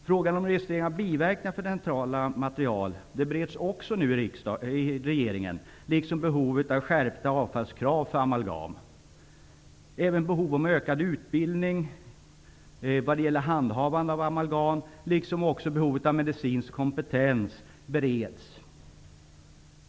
Frågan om registrering av biverkningar av dentala material bereds också i regeringen liksom behovet av skärpta avfallskrav för amalgam. Även behov av ökad utbildning vad gäller handhavande av amalgam och behovet av medicinsk kompetens bereds.